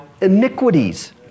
iniquities